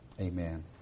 Amen